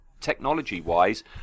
technology-wise